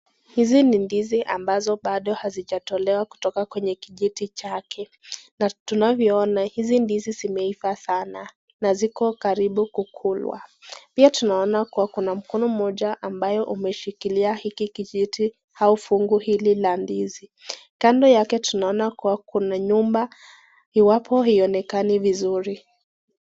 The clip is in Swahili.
Hizi ni ndizi ambazo bado haijatolewa kutoka kwenye kijiti chake, na tunavyoona hizi ndizi zimeiva sana na ziko karibu kuliwa. Pia tunaona kuwa kuna mkono moja ambayo umeshikilia hiki kijiti au fungu hili la ndizi, kando yake tunaona kuwa kuna nyumba iwapo haionekani vizuri.